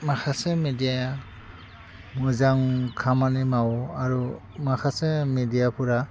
माखासे मेडियाया मोजां खामानि मावो आरो माखासे मेडियाफोरा